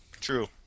True